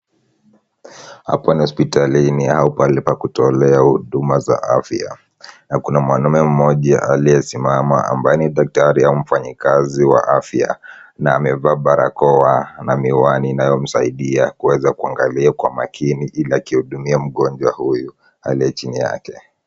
Hapa ni hospital au pahali pa kutolea huduma za afya. Na kuna mwanaume mmoja aliyesimama ambaye ni daktari au mfanyakazi wa afya. Na amevaa barakoa na miwani inayomsaidia kuweza kuangalia kwa makini, ili aki hudumia mgonjwa huyu aliye chini yake.